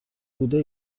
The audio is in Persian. بوده